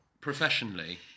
professionally